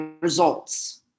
results